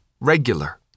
regular